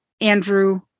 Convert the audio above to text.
Andrew